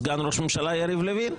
סגן ראש הממשלה לוין,